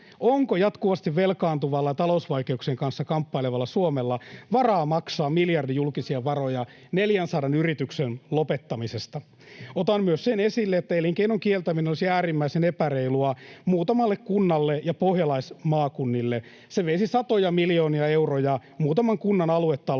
onko jatkuvasti velkaantuvalla ja talousvaikeuksien kanssa kamppailevalla Suomella varaa maksaa miljardi julkisia varoja 400 yrityksen lopettamisesta. Otan esille myös sen, että elinkeinon kieltäminen olisi äärimmäisen epäreilua muutamalle kunnalle ja pohjalaismaakunnille. [Jenna Simulan välihuuto] Se veisi satoja miljoonia euroja muutaman kunnan aluetaloudesta.